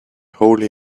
holy